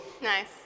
Nice